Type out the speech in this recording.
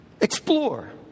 Explore